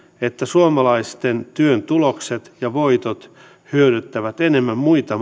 että suomalaisten työn tulokset ja voitot hyödyttävät enemmän muita